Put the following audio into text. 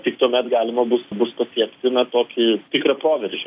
tik tuomet galima bus bus pasiekti na tokį tikrą proveržį